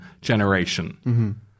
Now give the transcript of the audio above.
generation